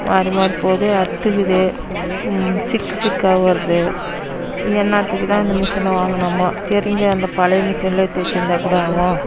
மாறி மாறி போகுது அறுத்துக்குது சிக்கு சிக்காக வருது என்னாத்துக்கு தான் அந்த மிசினை வாங்கினோமோ தெரிஞ்ச அந்த பழைய மிசினிலே தைச்சிருந்தா கூட ஆகும்